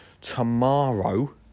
Tomorrow